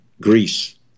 Greece